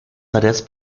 tareas